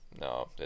No